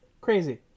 Crazy